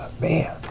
Man